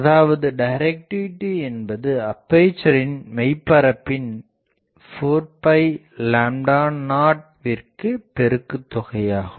அதாவது டைரக்டிவிடி என்பது அப்பேசரின் மெய்பரப்பின் 402 விற்கு பெருக்குத் தொகையாகும்